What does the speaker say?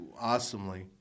awesomely